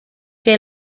que